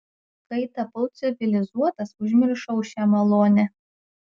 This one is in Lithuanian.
kai tapau civilizuotas užmiršau šią malonę